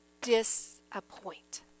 disappoint